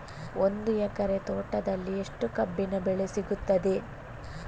ಒಂದು ಎಕರೆ ತೋಟದಲ್ಲಿ ಎಷ್ಟು ಕಬ್ಬಿನ ಬೆಳೆ ಸಿಗುತ್ತದೆ?